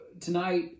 tonight